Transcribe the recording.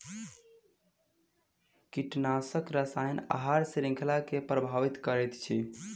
कीटनाशक रसायन आहार श्रृंखला के प्रभावित करैत अछि